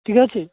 ଠିକ ଅଛି